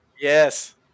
yes